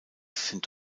sind